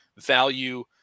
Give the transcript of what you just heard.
value